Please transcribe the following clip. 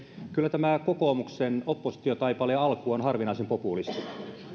kyllä tämä kokoomuksen oppositiotaipaleen alku on harvinaisen populistinen